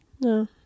No